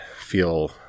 feel